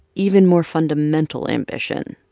even more fundamental ambition.